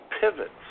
pivots